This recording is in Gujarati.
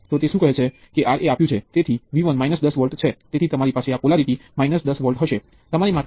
તેથી ચાલો પહેલા જેને સીરિઝ જોડાણ તરીકે ઓળખવામાં આવે છે તેને જોઈએ